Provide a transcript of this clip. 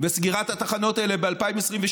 וסגירת התחנות האלה ב-2022.